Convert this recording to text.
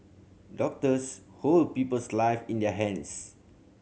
doctors hold people's live in their hands